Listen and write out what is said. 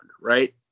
right